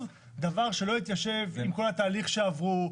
דבר שלא התיישב עם כל התהליך שעברו,